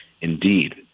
indeed